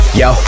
yo